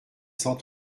cent